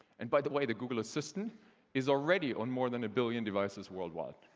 and by the way, the google assistant is already on more than a billion devices worldwide.